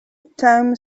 tame